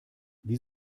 wie